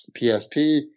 PSP